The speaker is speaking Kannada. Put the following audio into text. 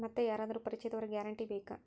ಮತ್ತೆ ಯಾರಾದರೂ ಪರಿಚಯದವರ ಗ್ಯಾರಂಟಿ ಬೇಕಾ?